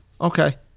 Okay